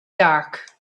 dark